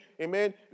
Amen